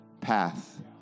path